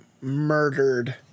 murdered